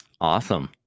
Awesome